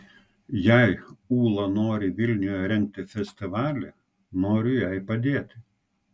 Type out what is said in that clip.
jei ūla nori vilniuje rengti festivalį noriu jai padėti